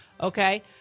Okay